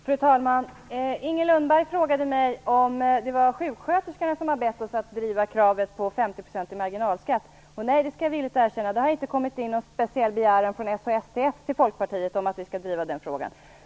Fru talman! Inger Lundberg frågade mig om det var sjuksköterskorna som hade bett oss att driva kravet på 50 % marginalskatt. Nej, jag skall villigt erkänna att det inte har kommit in någon speciell begäran från SHSTF till Folkpartiet om att vi skall driva den frågan.